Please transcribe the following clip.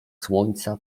słońca